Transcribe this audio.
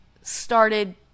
started